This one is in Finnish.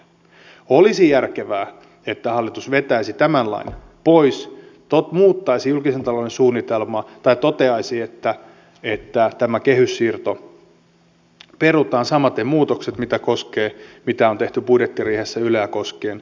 olisi järkevää että hallitus vetäisi tämän lain pois muuttaisi julkisen talouden suunnitelmaa tai toteaisi että tämä kehyssiirto perutaan samaten muutokset mitä on tehty budjettiriihessä yleä koskien